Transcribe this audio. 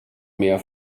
mehr